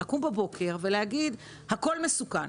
לקום בבוקר ולהגיד הכול מסוכן.